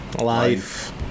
life